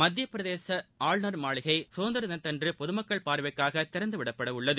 மத்தியபிரதேசஆளுநர் மாளிகைசுதந்திரதினத்தன்றுபொதுமக்கள் பார்வைக்காகதிறந்துவிடப்படஉள்ளது